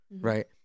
right